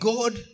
God